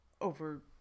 over